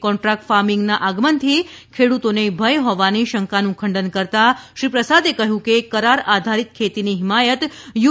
contract ફાર્મિંગના આગમનથી ખેડૂતોને ભય હોવાની શંકાનું ખંડન કરતાંશ્રી પ્રસાદે ઉમેર્યું હતું કે કરાર આધારિત ખેતીની હિમાયત યુ